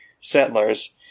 settlers